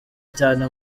cyane